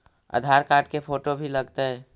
आधार card के photo भी लग तै?